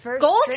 Gold